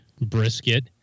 brisket